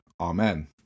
Amen